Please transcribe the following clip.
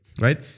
right